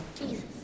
Jesus